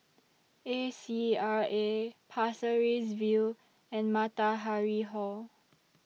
A C R A Pasir Ris View and Matahari Hall